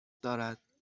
دارد